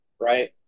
right